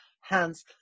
Hence